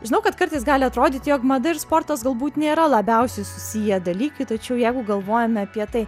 žinau kad kartais gali atrodyti jog mada ir sportas galbūt nėra labiausiai susiję dalykai tačiau jeigu galvojame apie tai